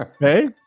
Hey